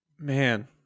Man